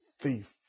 thief